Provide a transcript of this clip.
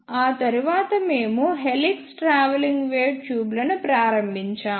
ఆ తరువాత మేము హెలిక్స్ ట్రావెలింగ్ వేవ్ ట్యూబ్లను ప్రారంభించాము